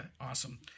Awesome